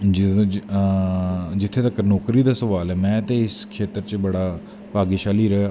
जित्थें तक्कर नौकरी दा सवाल ऐ में ते इस खेत्तर च बड़ा भाग्यशाली रेहा